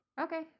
Okay